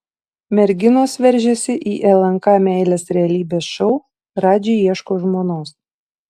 merginos veržiasi į lnk meilės realybės šou radži ieško žmonos